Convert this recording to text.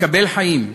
מקבל חיים.